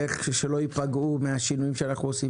איך הם לא יפגעו מהשינויים שאנחנו עושים.